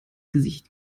gesicht